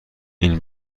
این